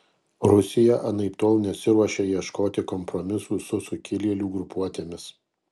rusija anaiptol nesiruošia ieškoti kompromisų su sukilėlių grupuotėmis